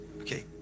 okay